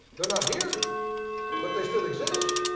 they're not here but they still exist.